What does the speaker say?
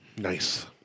Nice